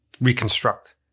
reconstruct